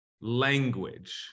language